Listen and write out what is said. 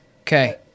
Okay